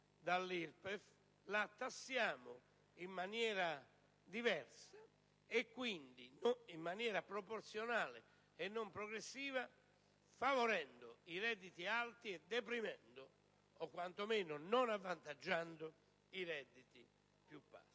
dall'IRPEF, la tassiamo in maniera diversa e, quindi, in maniera proporzionale e non progressiva, favorendo i redditi alti e deprimendo, o quanto meno non avvantaggiando, i redditi più bassi.